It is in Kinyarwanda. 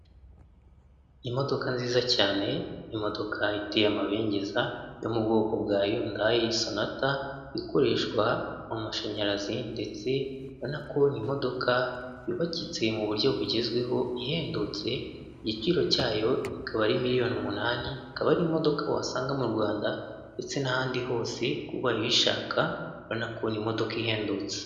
Imodoka nziza cyane, imodoka iteye amabengeza yo mu bwoko bwa yundayi sonata ikoreshwa amashanyarazi ndetse ubona ko ni imodoka yubakitse mu buryo bugezweho ihendutse. Igiciro cyayo akaba ari miliyoni umunani, akaba ari imodoka wasanga mu Rwanda ndetse n'ahandi hose kuba ubaye uyishaka, urabona ko ni imodoka ihendutse.